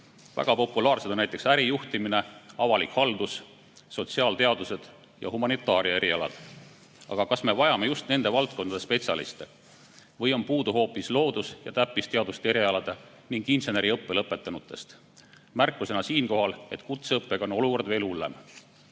Väga populaarsed on näiteks ärijuhtimine, avalik haldus, sotsiaalteadused ja humanitaaria erialad. Aga kas me vajame just nende valdkondade spetsialiste või on puudu hoopis loodus- ja täppisteaduste erialade ning inseneriõppe lõpetanutest? Märkusena siinkohal, et kutseõppega on olukord veel